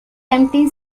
empty